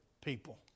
people